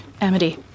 Amity